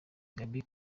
gaby